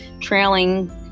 trailing